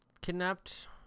kidnapped